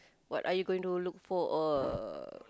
what are you going to look for or